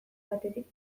batetik